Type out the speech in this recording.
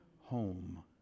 home